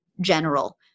general